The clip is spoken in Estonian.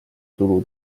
tulu